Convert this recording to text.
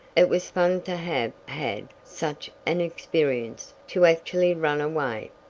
it was fun to have had such an experience to actually run away!